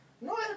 No